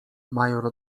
major